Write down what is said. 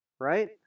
right